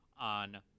on